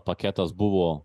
paketas buvo